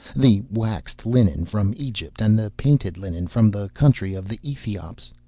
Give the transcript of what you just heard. the waxed linen from egypt and the painted linen from the country of the ethiops,